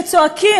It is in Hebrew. שצועקים,